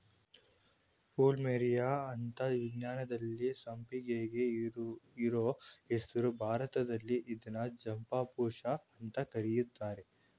plumeria ಅಂತ ವಿಜ್ಞಾನದಲ್ಲಿ ಸಂಪಿಗೆಗೆ ಇರೋ ಹೆಸ್ರು ಭಾರತದಲ್ಲಿ ಇದ್ನ ಚಂಪಾಪುಷ್ಪ ಅಂತ ಕರೀತರೆ